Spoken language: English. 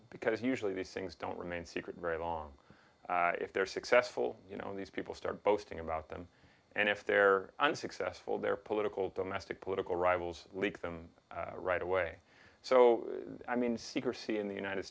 because usually these things don't remain secret very long if they're successful you know these people start boasting about them and if they're unsuccessful their political domestic political rivals leak them right away so i mean secrecy in the united